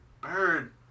bird